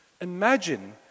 Imagine